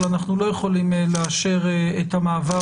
אבל אנחנו לא יכולים לאשר את המעבר